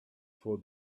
for